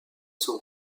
sont